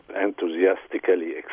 enthusiastically